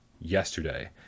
yesterday